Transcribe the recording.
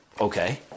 Okay